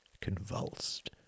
convulsed